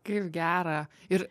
kaip gera ir